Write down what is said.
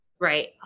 right